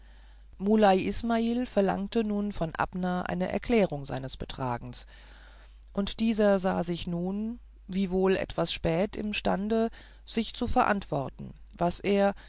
muley ismael verlangte nun von abner eine erklärung seines betragens und dieser sah sich nun wiewohl etwas spät imstande sich zu verantworten was er